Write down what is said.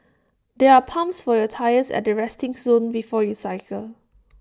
there are pumps for your tyres at the resting zone before you cycle